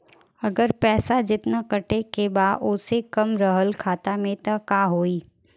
अगर पैसा जेतना कटे के बा ओसे कम रहल खाता मे त का होई?